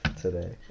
today